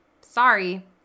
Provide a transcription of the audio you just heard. Sorry